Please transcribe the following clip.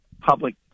public